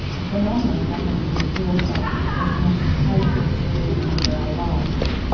a phenomenon that has been ignored by the professionals paid to observe and measure our lives.